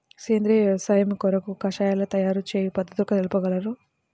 సేంద్రియ వ్యవసాయము కొరకు కషాయాల తయారు చేయు పద్ధతులు తెలుపగలరు?